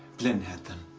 blynn had them.